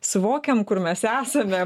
suvokiam kur mes esame